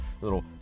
little